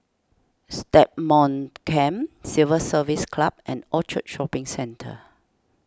Stagmont Camp Civil Service Club and Orchard Shopping Centre